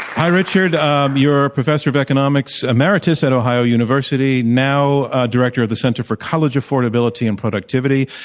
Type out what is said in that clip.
hi, richard. um you are a professor of economics emeritus at ohio university, now director of the center for college affordability and productivity.